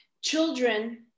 Children